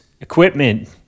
equipment